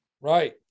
right